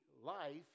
Life